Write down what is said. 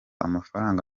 amafaranga